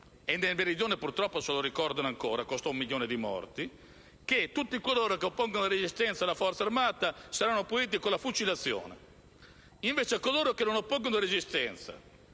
e nel Meridione purtroppo se ne ricordano ancora, visto che costò un milione di morti - che tutti coloro oppongono resistenza alla forza armata saranno puniti con la fucilazione; invece, a coloro che non oppongono resistenza,